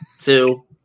two